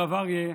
הרב אריה,